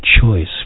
choice